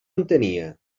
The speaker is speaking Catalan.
entenia